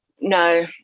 No